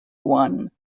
one